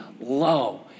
low